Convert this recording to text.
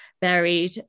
buried